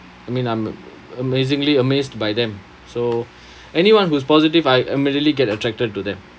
I mean I'm amazingly amazed by them so anyone who's positive I immediately get attracted to them